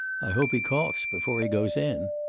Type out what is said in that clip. i hope he coughs before he goes in.